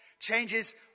Changes